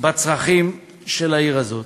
בצרכים של העיר הזאת.